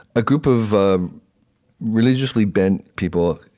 a group of of religiously bent people,